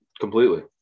completely